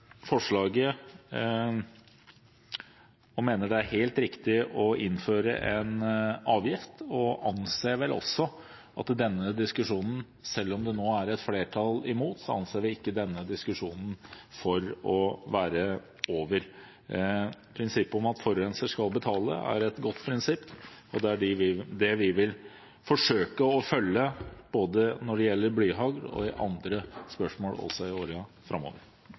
forslaget og mener det er helt riktig å innføre en avgift, og vi anser vel også at denne diskusjonen – selv om det nå er et flertall imot – ikke er over. Prinsippet om at forurenser skal betale, er et godt prinsipp, og det er det vi vil forsøke å følge, både når det gjelder blyhagl og i andre spørsmål, også i årene framover.